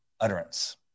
utterance